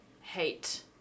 hate